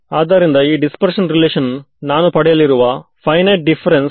ನನಗೆ ಈ ಕ್ಯಾಲ್ಕುಲೇಶನ್ ನಿನ ಕೊನೆಗೆ ದೊರಕಿದ್ದನ್ನು ಯೂಸ್ ಮಾಡಿದ್ದೇನೆ